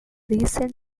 recent